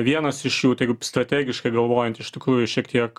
vienas iš jų tai kaip strategiškai galvojant iš tikrųjų šiek tiek